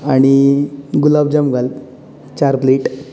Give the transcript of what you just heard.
आनी गुलाबजाम घाल चार प्लेट